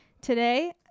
Today